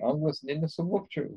anglas nė nesuvokčiau